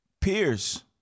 peers